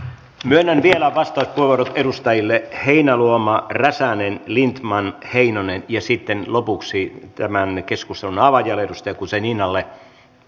myönnän vielä vastauspuheenvuorot edustajille heinäluoma räsänen lindtman heinonen ja sitten lopuksi tämän keskustelun avaajalle edustaja guzeninalle